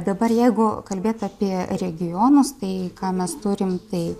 dabar jeigu kalbėt apie regionus tai ką mes turim tai